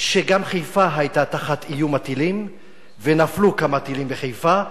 שחיפה היתה תחת איום הטילים ונפלו כמה טילים בחיפה,